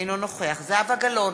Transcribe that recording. אינו נוכח זהבה גלאון,